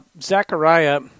Zechariah